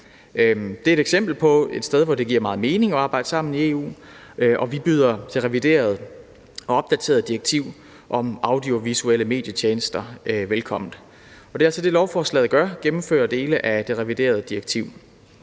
Det er et eksempel på et sted, hvor det giver meget mening at arbejde sammen i EU, og vi byder det reviderede og opdaterede direktiv om audiovisuelle medietjenester velkommen. Og det er altså det, lovforslaget gør: gennemfører dele af det reviderede direktiv.